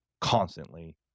constantly